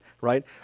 right